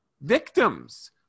Victims